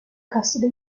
custody